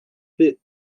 bit